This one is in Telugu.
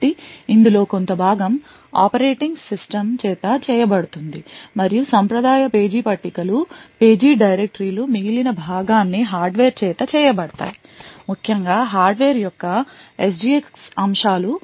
కాబట్టి ఇందులో కొంత భాగం ఆపరేటింగ్ సిస్టమ్ చేత చేయబడుతుంది మరియు సాంప్రదాయ పేజీ పట్టికలు పేజీ డైరెక్టరీలు మిగిలిన భాగాన్ని హార్డ్వేర్ చేత చేయబడతాయి ముఖ్యంగా హార్డ్వేర్ యొక్క SGX అంశాలు